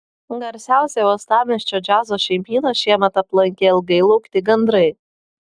garsiausią uostamiesčio džiazo šeimyną šiemet aplankė ilgai laukti gandrai